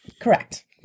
Correct